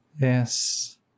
Yes